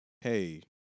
hey